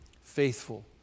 faithful